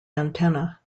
antenna